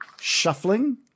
shuffling